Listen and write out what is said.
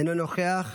אינו נוכח,